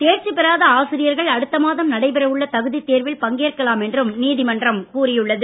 தேர்ச்சி பெறாத ஆசிரியர்கள் அடுத்த மாதம் நடைபெறவுள்ள தகுதி தேர்வில் பங்கேற்கலாம் என்றும் நீதிமன்றம் கூறியுள்ளது